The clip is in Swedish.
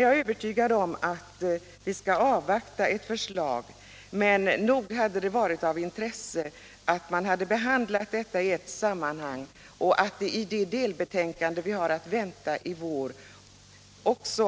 Jag anser också att vi bör avvakta ett förslag, men nog hade det varit av intresse att dessa frågor hade behandlats i ett sammanhang och att det i det delbetänkande som vi har att vänta i vår